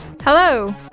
Hello